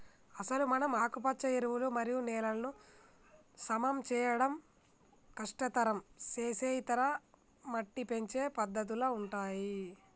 అసలు మనం ఆకుపచ్చ ఎరువులు మరియు నేలలను సమం చేయడం కష్టతరం సేసే ఇతర మట్టి పెంచే పద్దతుల ఉంటాయి